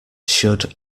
should